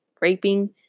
raping